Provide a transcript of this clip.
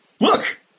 Look